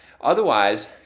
Otherwise